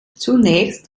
zunächst